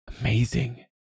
Amazing